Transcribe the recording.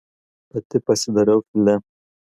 pati pasidarau filė